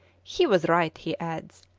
he was right, he adds,